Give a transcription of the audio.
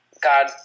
God